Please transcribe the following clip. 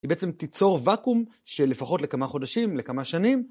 היא בעצם תיצור וואקום של לפחות לכמה חודשים, לכמה שנים.